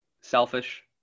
selfish